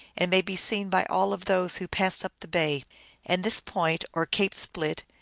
and may be seen by all of those who pass up the bay and this point, or cape split,